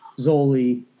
Zoli